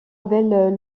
abel